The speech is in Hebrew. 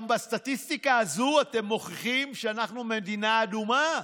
גם בסטטיסטיקה הזאת אתם מוכיחים שאנחנו מדינה אדומה,